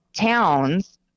towns